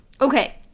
Okay